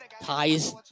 ties